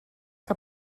que